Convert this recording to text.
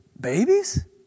babies